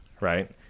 right